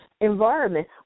environment